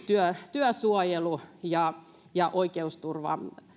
työsuojelun ja ja oikeusturvan